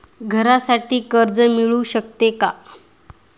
घरासाठी कर्ज मिळू शकते का?